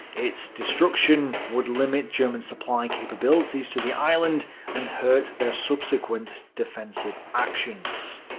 its destruction would limit german supply capabilities to the island and hurt their subsequent defensive actions.